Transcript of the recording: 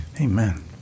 Amen